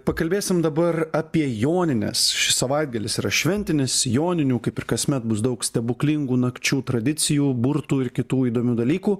pakalbėsim dabar apie jonines šis savaitgalis yra šventinis joninių kaip ir kasmet bus daug stebuklingų nakčių tradicijų burtų ir kitų įdomių dalykų